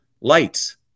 lights